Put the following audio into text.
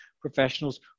professionals